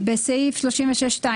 בסעיף 36(2),